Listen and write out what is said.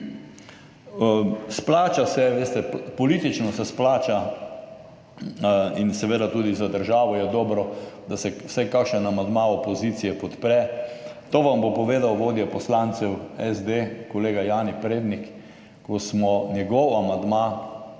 politično se splača in seveda tudi za državo je dobro, da se vsaj kakšen amandma opozicije podpre. To vam bo povedal vodja poslancev SD, kolega Jani Prednik, ko smo njegov amandma